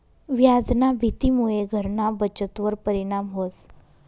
व्याजना भीतीमुये घरना बचतवर परिणाम व्हस